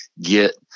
get